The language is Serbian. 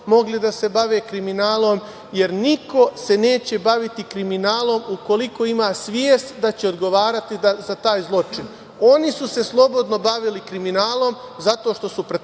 mogli da se bave kriminalom, jer se niko neće baviti kriminalom ukoliko ima svest da će odgovarati za taj zločin. Oni su se slobodno bavili kriminalom zato što su pretpostavljali